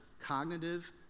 cognitive